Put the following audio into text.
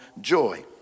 joy